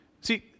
See